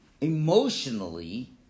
emotionally